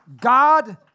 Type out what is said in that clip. God